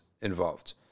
involved